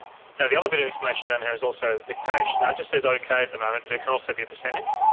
now the other bit of information down here is also the cache. now it just says okay the moment but it can also be a percentage.